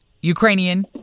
Ukrainian